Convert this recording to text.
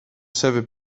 sevi